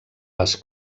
les